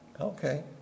Okay